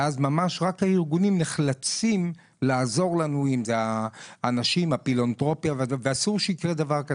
ואז רק ארגונים ופילנתרופים נחלצים כדי לעזור ואסור שזה יקרה.